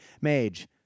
mage